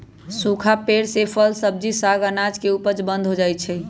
सूखा पेड़ से फल, सब्जी, साग, अनाज के उपज बंद हो जा हई